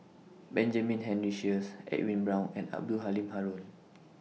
Benjamin Henry Sheares Edwin Brown and Abdul Halim Haron